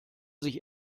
sich